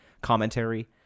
commentary